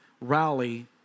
rally